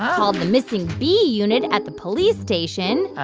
called the missing bee unit at the police station.